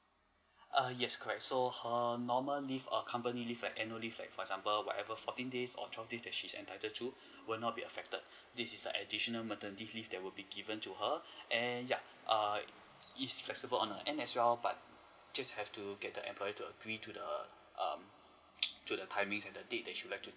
uh yes correct so her normal leave her company leave her annual leave like for example whatever fourteen days or twelve days that she entitled to would not be affected this is a additional maternity leave that would be given to her and yeah err it's flexible on her end as well but just have to get the employer to agree to the um to the timings and the date she would like to